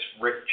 Rick